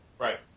Right